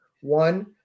One